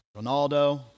Ronaldo